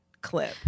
clip